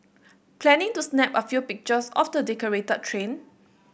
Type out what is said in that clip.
planning to snap a few pictures of the decorated train